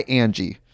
angie